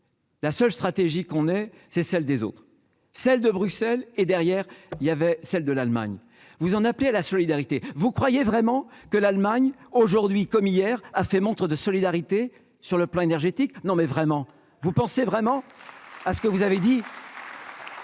La seule stratégie qu'on ait c'est celle des autres, celle de Bruxelles et, derrière, il y avait celle de l'Allemagne, vous en appeler à la solidarité, vous croyez vraiment que l'Allemagne aujourd'hui comme hier, a fait montre de solidarité sur le plan énergétique non mais vraiment, vous pensez vraiment à ce que vous avez dit.